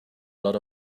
lot